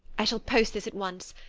i shall post this at once,